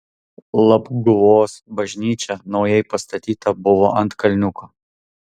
labguvos bažnyčia naujai pastatyta buvo ant kalniuko